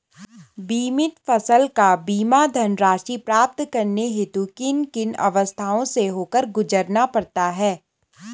बीमित फसल का बीमा धनराशि प्राप्त करने हेतु किन किन अवस्थाओं से होकर गुजरना पड़ता है?